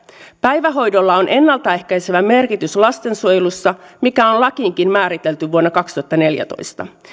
päivähoidolla on ennalta ehkäisevä merkitys lastensuojelussa mikä on lakiinkin määritelty vuonna kaksituhattaneljätoista